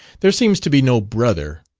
there seems to be no brother,